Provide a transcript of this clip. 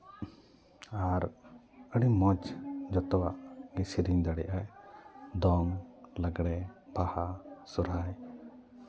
ᱟᱨ ᱟᱹᱰᱤ ᱢᱚᱡᱽ ᱡᱚᱛᱚᱣᱟᱜ ᱥᱮᱹᱨᱮᱹᱧ ᱫᱟᱲᱮᱹᱭᱟᱜ ᱟᱭ ᱫᱚᱝ ᱞᱟᱸᱜᱽᱲᱮ ᱵᱟᱦᱟ ᱥᱚᱦᱨᱟᱭ